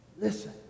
Listen